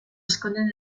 esconden